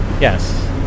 yes